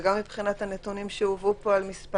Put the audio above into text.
וגם מבחינת הנתונים שהובאו פה על מספר